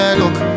look